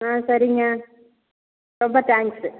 ஆ சரிங்க ரொம்ப தேங்க்ஸு